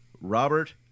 Robert